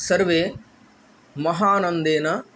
सर्वे महानन्देन